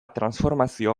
transformazio